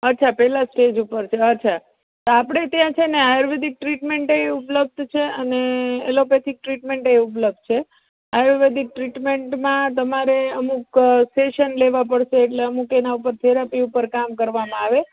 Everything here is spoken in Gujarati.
અચ્છા પહેલા સ્ટેજ ઉપર છે અચ્છા તો આપણે ત્યાં છે ને આયુર્વેદિક ટ્રીટમેન્ટ પણ ઉપલબ્ધ છે અને એલોપેથિક ટ્રીટમેન્ટ પણ ઉપલબ્ધ છે આયુર્વેદિક ટ્રીટમેન્ટમાં તમારે અમુક સેશન લેવાં પડશે એટલે અમુક એના પર થેરાપી ઉપર કામ કરવામાં આવે